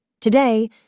Today